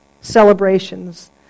celebrations